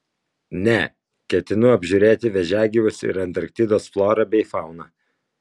ne ketinu apžiūrėti vėžiagyvius ir antarktidos florą bei fauną